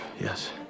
Yes